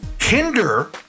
hinder